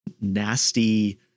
nasty